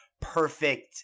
perfect